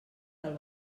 del